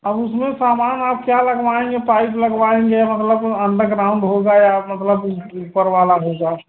अब उसमें सामान आप क्या लगवाएँगे पाइप लगवाएँगे मतलब अंडरग्राउंड होगा या मतलब ऊ ऊपर वाला होगा